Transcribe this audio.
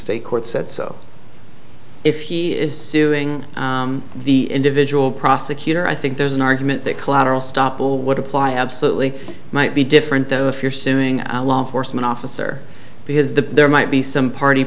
state court said so if he is suing the individual prosecutor i think there's an argument that collateral stoppel would apply absolutely might be different though if you're suing a law enforcement officer because the there might be some party